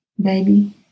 Baby